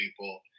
people